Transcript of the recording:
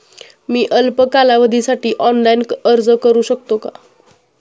मी अल्प कालावधीसाठी ऑनलाइन अर्ज करू शकते का?